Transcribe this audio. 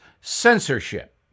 censorship